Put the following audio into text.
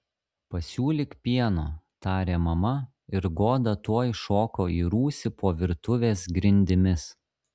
pasiūlyk pieno tarė mama ir goda tuoj šoko į rūsį po virtuvės grindimis